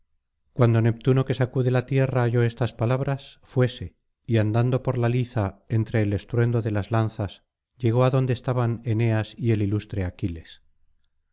cuando neptuno que sacude la tierra oyó estas palabras fuese y andando por la liza entre el estruendo de las lanzas llegó adonde estaban eneas y el ilustre aquiles